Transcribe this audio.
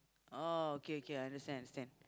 oh okay okay I understand understand